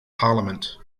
parliament